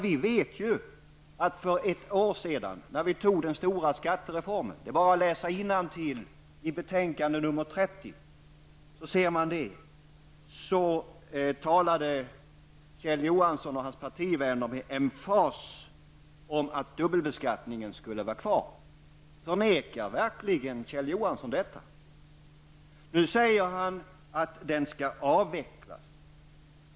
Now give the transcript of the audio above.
Vi vet ju att för ett år sedan, när den stora skattereformen antogs -- det är bara att läsa innantill i betänkande nr 30 -- betonade Kjell Johansson och hans partivänner med emfas att dubbelbeskattningen skulle vara kvar. Förnekar verkligen Kjell Johansson detta? Nu sade han att dubbelbeskattningen skall avvecklas.